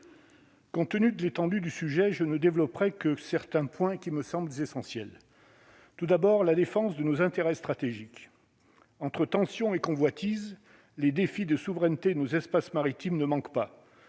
Compte tenu de l'étendue du sujet, je ne développerai que certains points qui me semble essentiel. Tout d'abord la défense de nos intérêts stratégiques entre tension et convoitise : les défis de souveraineté, nous espace maritime ne manquent pas